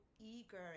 eager